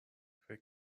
فکر